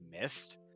missed